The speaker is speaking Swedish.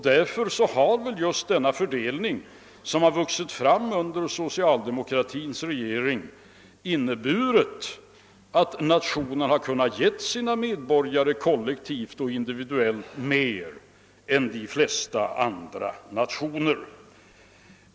Därför har väl just denna fördelning, som vuxit fram under socialdemokratins regeringstid, inneburit att nationen kunnat ge sina medborgare kollektivt och individuellt mer än de flesta andra nationer.